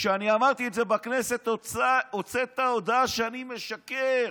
כשאני אמרתי את זה בכנסת, הוצאת הודעה שאני משקר.